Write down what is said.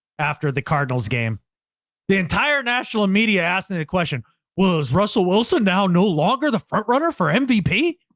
after the cardinals game the entire national media asked me the question. whoa, it was russell wilson. now no longer the front runner for mvp.